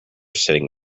sitting